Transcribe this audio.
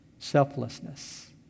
Selflessness